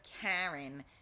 Karen